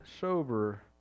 sober